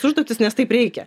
užduotis nes taip reikia